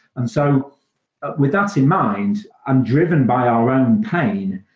and so ah with that in mind, i'm driven by our own pain,